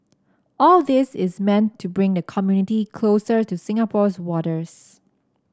all this is meant to bring the community closer to Singapore's waters